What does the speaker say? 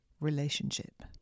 relationship